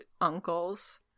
uncles